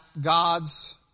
God's